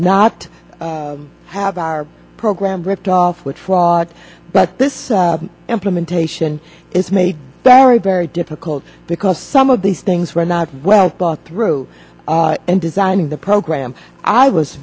not have our program ripped off with fraud but this implementation is made very very difficult because some of these things were not well thought through and designing the